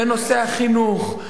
בנושא החינוך,